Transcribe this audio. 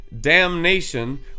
damnation